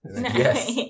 Yes